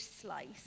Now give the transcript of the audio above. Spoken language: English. slice